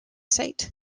site